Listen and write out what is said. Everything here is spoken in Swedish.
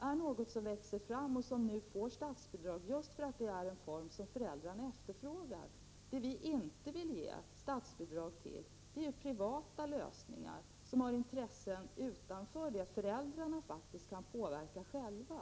är något som växer fram och som får statsbidrag just för att det är en form som föräldrarna efterfrågar. Vad vi inte vill ge statsbidrag till är privata lösningar där man har intressen utanför det som föräldrarna själva kan påverka.